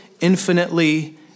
infinitely